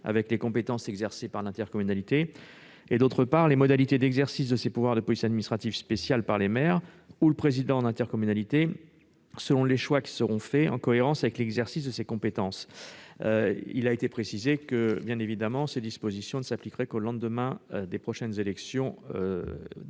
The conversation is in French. avec les compétences exercées par l'intercommunalité, et, d'autre part, sur les modalités d'exercice de ces pouvoirs de police administrative spéciale par les maires ou le président d'intercommunalité, selon les choix qui seront faits, en cohérence avec l'exercice de ses compétences par l'intercommunalité. Ces dispositions ne s'appliqueraient bien évidemment qu'au lendemain des prochaines élections